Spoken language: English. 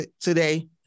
today